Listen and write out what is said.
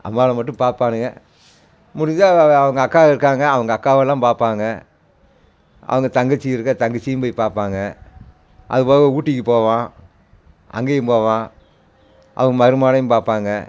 அம்மாவை மட்டும் பார்ப்பானுங்க முடிஞ்சால் அவங்க அக்கா இருக்காங்க அவங்க அக்காவை எல்லாம் பார்ப்பாங்க அவங்க தங்கச்சி இருக்காள் தங்கச்சியும் போய் பார்ப்பாங்க அதுபோக ஊட்டிக்கு போவான் அங்கேயும் போவான் அவங்க மருமவளையும் பார்ப்பாங்க